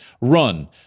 run